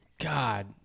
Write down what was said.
God